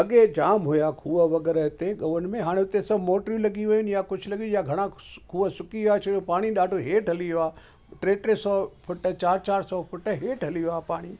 अॻे जाम हुया खूह वूह वग़ैरह हिते त हुनमें हाणे हिते सभ मोटरुं लॻी वियूं आहिनि या कुझु लॻी वियूं आहिनि घणा खूह सुकी विया छो कि पाणी ॾाढो हेठि हली वियो आहे टे टे सौ फुट चार चार सौ फुट हेठि हली वियो आहे पाणी